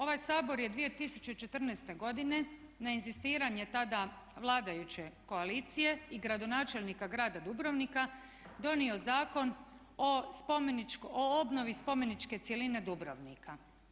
Ovaj Sabor je 2014.godine na inzistiranje tada vladajuće koalicije i gradonačelnika Grada Dubrovnika donio Zakon o obnovi spomeničke cjeline Dubrovnika.